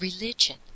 religion